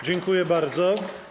Dziękuję bardzo.